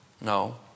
No